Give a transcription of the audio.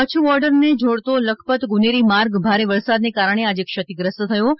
કચ્છ બોર્ડરને જોડતો લખપત ગુનેરી માર્ગ ભારે વરસાદને કારણે આજે ક્ષતિગ્રસ્ત થયો છે